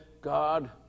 God